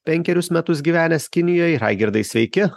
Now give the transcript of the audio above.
penkerius metus gyvenęs kinijoj ragirdai sveiki